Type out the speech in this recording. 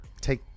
take